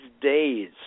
days